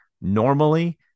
normally